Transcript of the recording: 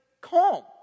calm